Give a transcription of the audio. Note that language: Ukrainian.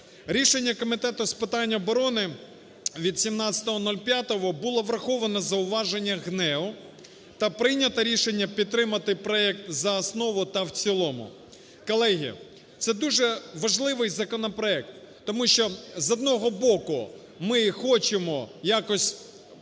Рішення Комітету з питань оборони від 17.05 було враховано у зауваженнях ГНЕУ та прийнято рішення підтримати проект за основу та в цілому. Колеги, це дуже важливий законопроект, тому що, з одного боку, ми хочемо якось